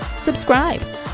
Subscribe